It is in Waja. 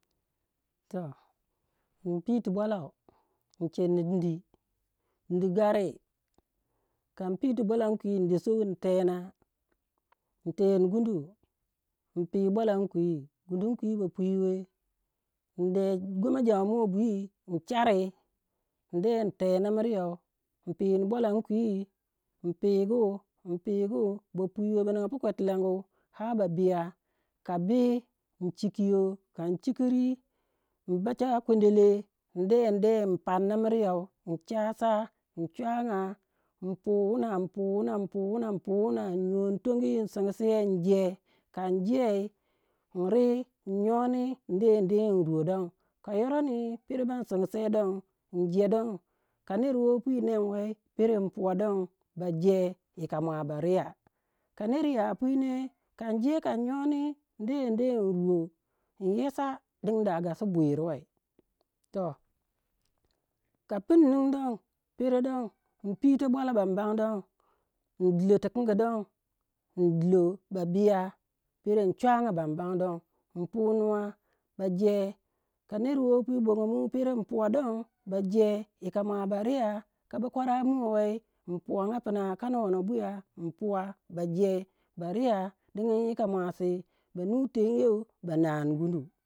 Toh in piti bwalau in chenni dindi, dindi gari. Kan piti bwalan kwi in in de sowi in tena in teni gundu in pini bwalan kwi. Gundun kwi ba pwiwe in de goma jama mua bwi in chari in de in tena miryou in pigu bwalan kwi in pigu, in pigu. Ba pwiwe, ba ninga pu kwetilangu ar biya ka bi in chikiyo kan in chikiri in bacha kwendele in de in panna miriyou in chasa in chuanga inpu wu na inpu wuna, in de tongi in singusei in je kan jei in ri in nyoni in de in ruwo don kayoroni in pero ban singseu don in je don ka ner woh pwi wei pero in puwa don ba je yikamua bariya ka ner yapwi ne kan je kan nyoni in de in ruwo in yesa da in gwasi bwiruwei. Toh ka pun ningi don in pito bwala in dilo tikingi don in dilo ba biya pero in chuanya bamban don in pu nuwa ba je ka ner wo pwi bongomu pere in puwa don ba je yikamua ba riya ka bokwara mua wei in puwange puma kana wono buya ba je ba riya dingin yika muasi ba nu tengyou ba naani gundu.